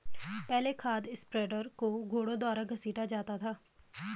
पहले खाद स्प्रेडर को घोड़ों द्वारा घसीटा जाता था